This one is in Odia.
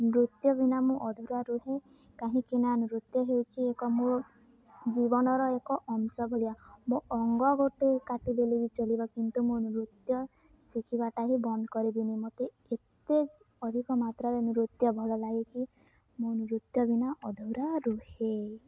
ନୃତ୍ୟ ବିନା ମୁଁ ଅଧୁରା ରୁହେ କାହିଁକି ନା ନୃତ୍ୟ ହେଉଛି ଏକ ମୋ ଜୀବନର ଏକ ଅଂଶ ଭଳିଆ ମୋ ଅଙ୍ଗ ଗୋଟେ କାଟିଦେଲେ ବି ଚଳିବ କିନ୍ତୁ ମୁଁ ନୃତ୍ୟ ଶିଖିବାଟା ହିଁ ବନ୍ଦ କରିବିନି ମୋତେ ଏତେ ଅଧିକ ମାତ୍ରାରେ ନୃତ୍ୟ ଭଲ ଲାଗେ କିି ମୁଁ ନୃତ୍ୟ ବିନା ଅଧୁରା ରୁହେ